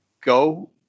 go